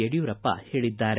ಯಡಿಯೂರಪ್ಪ ಹೇಳಿದ್ದಾರೆ